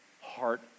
heart